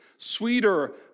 Sweeter